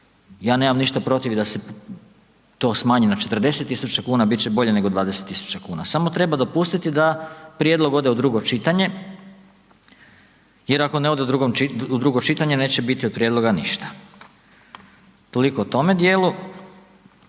ja nemam ništa protiv da se to smanji na 40.000,00 kn, bit će bolje nego 20.000,00 kn, samo treba dopustiti da prijedlog ode u drugo čitanje jer ako ne ode u drugo čitanje, neće biti od prijedloga ništa. Toliko o tome dijelu.